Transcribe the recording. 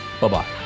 Bye-bye